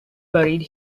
buried